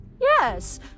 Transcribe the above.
Yes